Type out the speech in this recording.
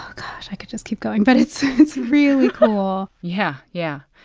gosh, i could just keep going. but it's it's really cool yeah, yeah.